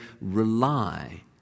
rely